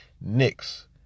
Knicks